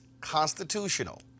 constitutional